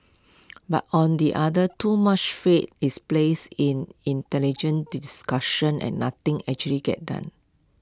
but on the other too much faith is placed in intelligent discussion and nothing actually gets done